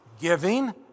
giving